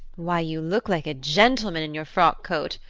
why, you look like a gentleman in your frock coat.